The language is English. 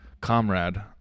comrade